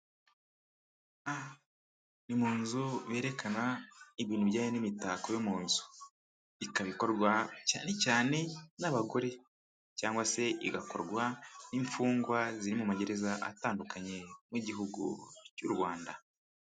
Aha ni mu nzu berekana ibintu bijyanye n'imitako yo mu nzu. Ikaba ikorwa cyane cyane n'abagore cyangwa se igakorwa n'imfungwa ziri mu magereza atandukanye y'igihugu cy'u Rwanda.